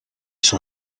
son